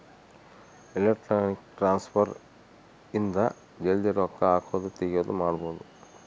electronic transfer ಇಂದ ಜಲ್ದೀ ರೊಕ್ಕ ಹಾಕೋದು ತೆಗಿಯೋದು ಮಾಡ್ಬೋದು